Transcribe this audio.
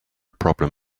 problem